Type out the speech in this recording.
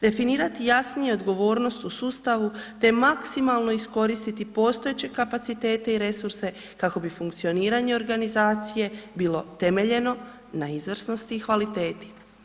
Definirati jasnije odgovornost u sustavu te maksimalno iskoristiti postojeće kapacitete i resurse kako bi funkcioniranje organizacije bilo temeljeno na izvrsnosti i kvaliteti.